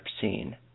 seen